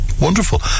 Wonderful